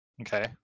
Okay